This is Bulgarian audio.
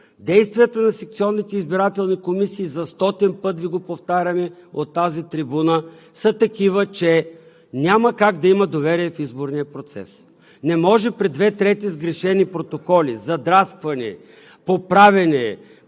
Действията на секционните избирателни комисии – за стотен път Ви го повтаряме от тази трибуна са такива, че няма как да има доверие в изборния процес. Не може при две трети сгрешени протоколи, задрасквани, поправяни,